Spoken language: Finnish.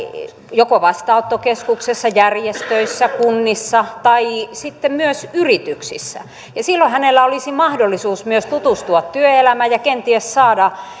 joko vastaanottokeskuksessa järjestöissä kunnissa tai sitten myös yrityksissä silloin hänellä olisi mahdollisuus myös tutustua työelämään ja kenties saada